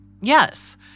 Yes